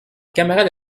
camarade